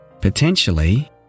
potentially